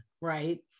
right